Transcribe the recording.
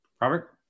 Robert